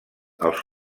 als